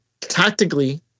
tactically